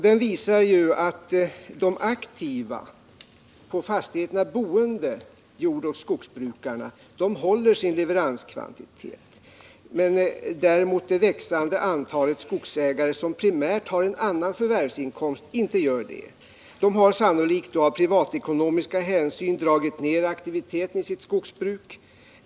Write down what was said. Den visar att de aktiva, på fastigheterna boende jordoch skogsbrukarna håller sina leveranskvantiteter, medan däremot det växande antalet skogsägare som privat har en annan förvärvsinkomst inte gör det. De har sannolikt av privatekonomiska hänsyn dragit ned aktiviteten i sina skogsbruk.